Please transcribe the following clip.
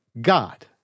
God